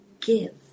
give